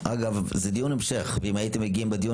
זה דיון המשך ואם הייתם מגיעים בדיון